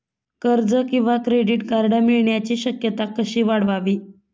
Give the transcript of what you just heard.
कर्ज किंवा credit card मिळण्याची शक्यता कशी वाढवावी?